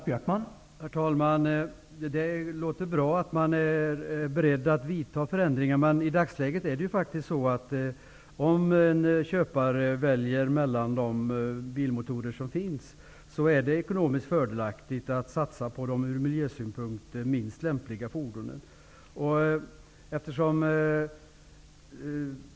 Herr talman! Det låter bra, att man är beredd att genomföra förändringar. Men i dagsläget är det ekonomiskt fördelaktigt att satsa på de från miljösynpunkt minst lämpliga fordonen.